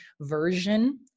version